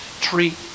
treat